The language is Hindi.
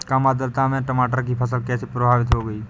कम आर्द्रता में टमाटर की फसल कैसे प्रभावित होगी?